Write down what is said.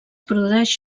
produeix